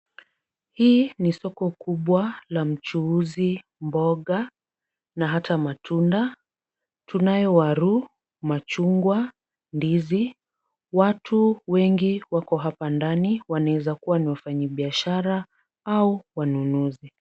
Hii ni soko kubwa la mchuuzi, mboga na hata matunda, tunayo waru , machungwa, ndizi. Watu wengi wako hapa ndani wanaweza kuwa ni wafanyibiashara au wanunuzi.